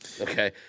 Okay